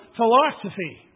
philosophy